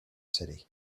city